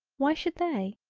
why should they,